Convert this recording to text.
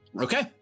Okay